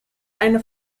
eine